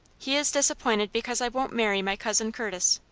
he is disappointed because i won't marry my cousin curtis.